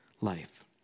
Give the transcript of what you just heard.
life